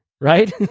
right